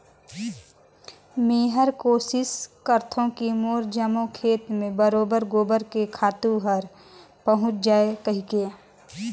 मेहर कोसिस करथों की मोर जम्मो खेत मे बरोबेर गोबर के खातू हर पहुँच जाय कहिके